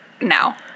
now